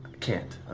can't.